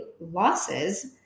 losses